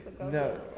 No